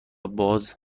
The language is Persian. باز